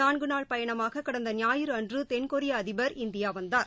நான்கு நாள் பயணமாக கடந்த ஞாயிறு அன்று தென்கொரிய அதிபர் இந்தியா வந்தார்